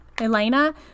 Elena